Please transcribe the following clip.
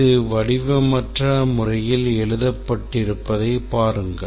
இது வடிவமற்ற முறையில் எழுதப்பட்டிருப்பதைப் பாருங்கள்